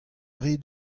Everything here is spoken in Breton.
rit